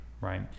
right